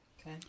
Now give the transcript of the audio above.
Okay